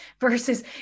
versus